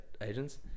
agents